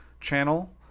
channel